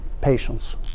patience